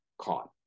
caught